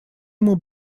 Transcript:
ему